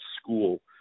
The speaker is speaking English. school